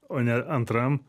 o ne antram